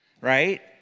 right